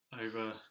Over